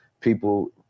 people